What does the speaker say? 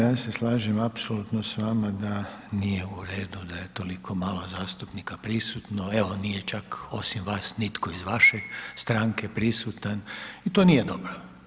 Ja se slažem apsolutno s vama da nije u redu da je toliko malo zastupnika prisutno, evo, nije čak, osim vaš nitko iz vaše stranke prisutan i to nije dobro.